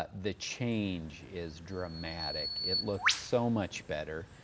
the change is dramatic. it looks so much better.